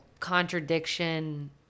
contradiction